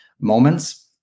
moments